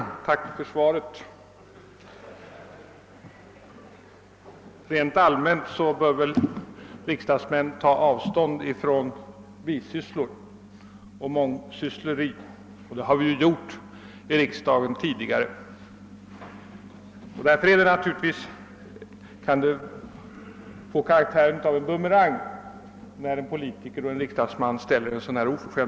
Herr talman! Tack för svaret. Rent allmänt bör väl riksdagsmän ta avstånd från bisysslor och mångsyssleri, och det har vi också gjort i riksdagen tidigare. Men när en politiker och riksdagsman ställer en så här oförskämd fråga kan den lätt få karaktären av bumerang.